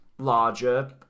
larger